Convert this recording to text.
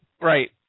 Right